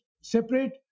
separate